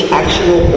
actual